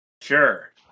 sure